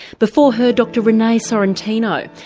before her dr renee sorrentino,